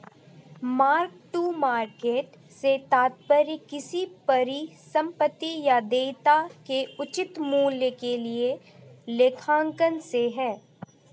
mark to market से तात्पर्य किसी परिसंपत्ति या देयता के उचित मूल्य के लिए लेखांकन से है